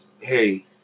hey